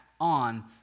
on